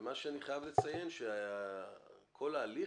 ומה שאני חייב לציין שכל ההליך,